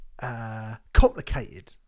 Complicated